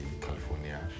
California